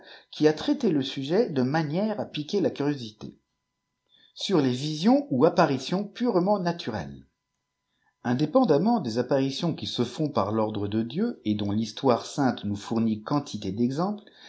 qui a traité le sujet de manière à piquer la curiosité sur uê tisionê ou apparitiont puremmt natureues tndépèndemment des apparitions qui se font par l'ordre de dieu et dont l'histoire sainte nous îbumit quantité d'exemples